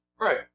right